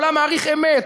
העולם מעריך אמת,